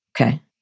Okay